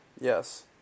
yes